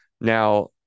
Now